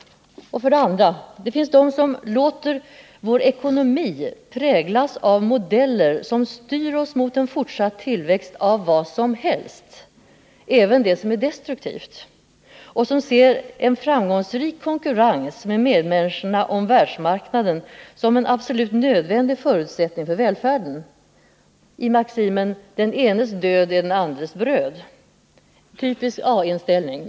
Det finns de som låter vår ekonomi präglas av modeller som styr oss mot en fortsatt tillväxt av vad som helst — även det som är destruktivt — och som ser en framgångsrik konkurrens med medmänniskorna om världsmarknaden som en absolut nödvändig förutsättning för välfärden, under maximen ”den enes död är den andres bröd”. Det är en typisk A-inställning.